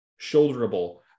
shoulderable